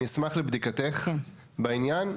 אני אשמח לבדיקתך בעניין.